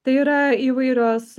tai yra įvairios